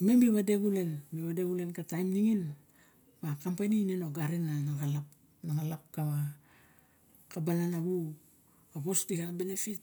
imem mi vade xulen, mi vade xulen ka taim ningin ma kampani ine ga oxarin na xalap. Ana xalap ka balana vu, avos di ka benefit.